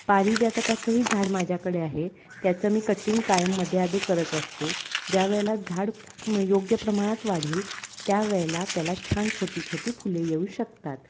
पारिजातकाचंही झाड माझ्याकडे आहे त्याचं मी कटिंग कायम मध्येअधे करत असते ज्यावेळेला झाड खूप मग योग्य प्रमाणात वाढेल त्यावेळेला त्याला छान छोटी छोटी फुले येऊ शकतात